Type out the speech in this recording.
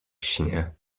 śnie